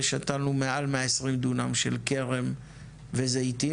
ושתלנו מעל 120 דונם של כרם וזיתים,